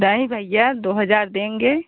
नहीं भैया दो हज़ार देंगे